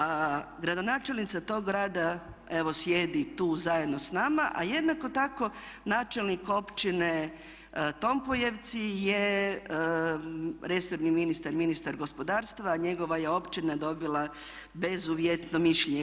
A gradonačelnica tog grada evo sjedi tu zajedno s nama, a jednako tako načelnik općine Tompojevci je resorni ministar, ministar gospodarstva a njegova je općina dobila bezuvjetno mišljenje.